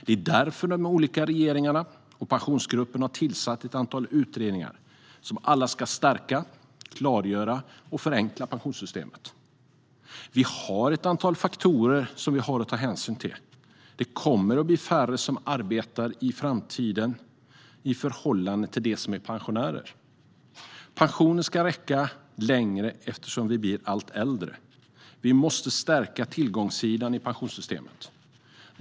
Det är därför de olika regeringarna och Pensionsgruppen har tillsatt ett antal utredningar som alla ska stärka, klargöra och förenkla pensionssystemet. Vi har ett antal faktorer att ta hänsyn till. Det kommer att bli färre som arbetar i framtiden i förhållande till dem som är pensionärer. Pensionen ska räcka längre, eftersom vi blir allt äldre. Vi måste stärka tillgångssidan i pensionssystemet.